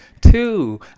Two